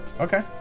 Okay